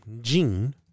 Jean